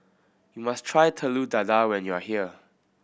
must try Telur Dadah when you are here